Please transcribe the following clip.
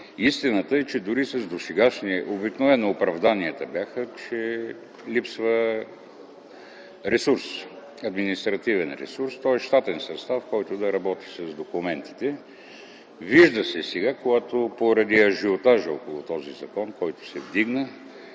спорим тук по въпроса. Обикновено оправданията бяха, че липсва административен ресурс, тоест щатен състав, който да работи с документите. Вижда се сега, поради ажиотажа около този закон, който се вдигна,